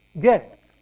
get